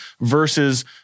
versus